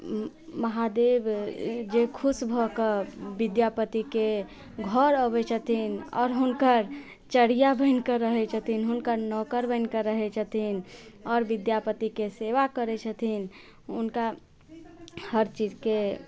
महादेव के जे खुश भऽ के विद्यापति के घर अबै छथिन आओर हुनकर चरिया बनि के रहय छथिन हुनकर नौकर बनि कऽ रहै छथिन आओर विद्यापति के सेवा करै छथिन हुनका हर चीज के